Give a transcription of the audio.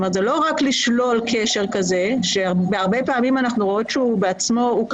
זה לא רק לשלול קשר כזה שהרבה פעמים אנחנו רואות שהוא קיים